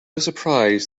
surprise